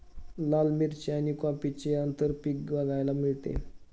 लाल मिरची आणि कॉफीचे आंतरपीक बघायला मिळते